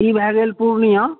ई भए गेल पूर्णिया